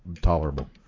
tolerable